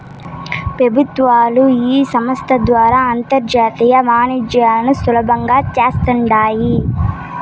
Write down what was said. పెబుత్వాలు ఈ సంస్త ద్వారా అంతర్జాతీయ వాణిజ్యాలను సులబంగా చేస్తాండాయి